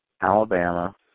Alabama